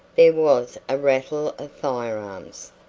there was a rattle of firearms,